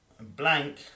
Blank